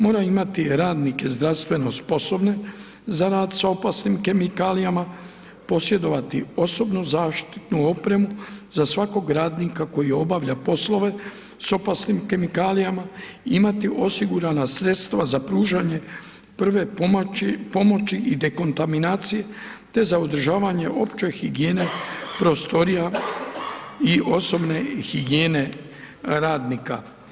Mora imati radnike zdravstveno sposobne za rad s opasnim kemikalijama, posjedovati osobnu zaštitnu opremu za svakog radnika koji obavlja poslove s opasnim kemikalijama, imati osigurana sredstva za pružanje prve pomoći i dekontaminacije, te za održavanje opće higijene prostorija i osobne higijene radnika.